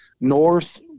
north